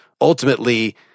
ultimately